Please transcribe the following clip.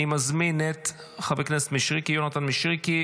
אני מזמין את חבר הכנסת יונתן מישרקי,